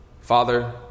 Father